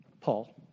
Paul